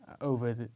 over